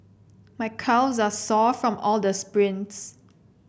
my calves are sore from all the sprints